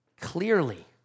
clearly